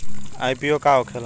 IPO का होखेला?